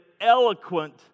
eloquent